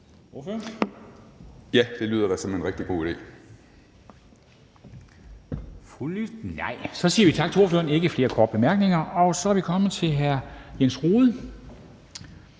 Ja, det lyder da som en rigtig god idé.